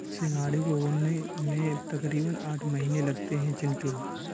सिंघाड़े को उगने में तकरीबन आठ महीने लगते हैं चिंटू